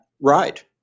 right